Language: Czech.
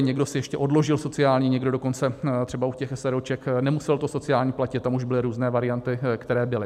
Někdo si ještě odložil sociální, někdo dokonce, třeba u těch eseróček, nemusel to sociální platit, tam už byly různé varianty, které byly.